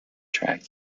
track